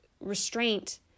restraint